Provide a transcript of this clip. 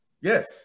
yes